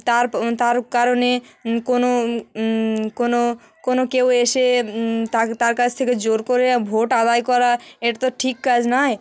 তার তার কারণে কোনো কোনো কোনো কেউ এসে তাকে তার কাছ থেকে জোর করে ভোট আদায় করা এটা তো ঠিক কাজ নয়